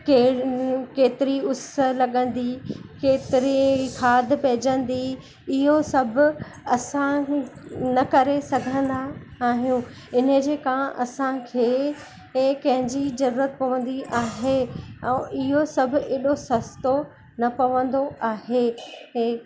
के केतिरी उस लॻंदी केतिरी खाद पइजंदी इहो सभु असां न करे सघंदा आहियूं इन जेका असांखे हे कैंजी ज़रूरत पवंदी आहे ऐं इहो सभु एॾो सस्तो न पवंदो आहे ऐं